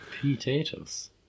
Potatoes